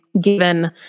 given